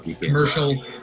commercial